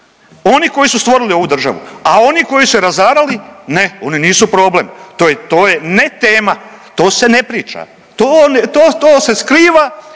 oni koji su stvorili ovu državu, a oni koji su je razarali ne, oni nisu problem, to je, to je ne tema, to se ne priča, to, to, to se skriva